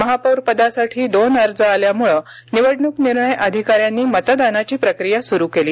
महापौर पदासाठी दोन अर्ज आल्यामुळे निवडणूक निर्णय अधिकाऱ्यांनी मतदानाची प्रक्रिया सुरू केली